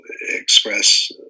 express